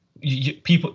people